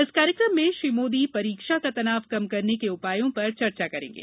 इस कार्यक्रम में श्री मोदी परीक्षा का तनाव कम करने के उपायों पर चर्चा करेंगे